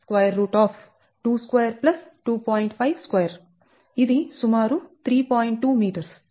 52 ఇది సుమారు 3